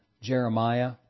Jeremiah